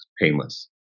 painless